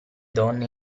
donne